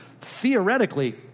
theoretically